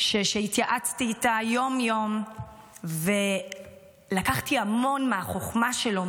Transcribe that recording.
שהתייעצתי איתה יום-יום ולקחתי המון מהחוכמה שלו,